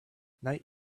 night